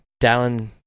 Dallin